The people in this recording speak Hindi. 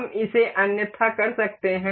हम इसे अन्यथा कर सकते हैं